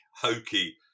hokey